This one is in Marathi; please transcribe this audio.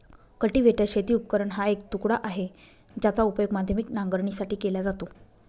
कल्टीवेटर शेती उपकरण हा एक तुकडा आहे, ज्याचा उपयोग माध्यमिक नांगरणीसाठी केला जातो